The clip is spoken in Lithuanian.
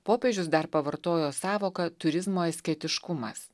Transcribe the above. popiežius dar pavartojo sąvoką turizmo asketiškumas